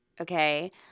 okay